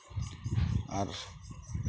ᱟᱨ